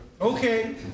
Okay